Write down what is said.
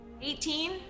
18